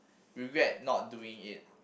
regret not doing it